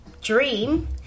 dream